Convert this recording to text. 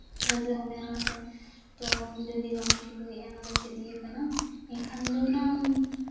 ᱡᱷᱟᱹᱞ ᱨᱮᱦᱚᱸ ᱢᱮᱱᱟᱢᱟ ᱥᱮ ᱛᱚ ᱡᱩᱫᱤ ᱵᱟᱢ ᱴᱷᱤᱠᱟᱹᱭᱮᱜᱼᱟ ᱱᱚᱰᱮ ᱪᱮᱫ ᱤᱭᱟᱹ ᱠᱟᱱᱟ ᱮᱱᱠᱷᱟᱱ ᱫᱚ ᱚᱱᱟ